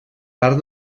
part